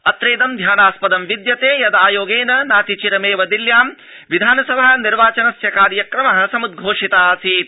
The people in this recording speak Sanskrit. अत्रेदं ध्यानास्प्दं विद्यते यद् आयोगेन नातिचिरमेव दिल्ल्यां विधानसभा निर्वाचनस्य कार्यक्रम समुद्घोषित आसीत्